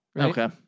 Okay